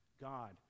God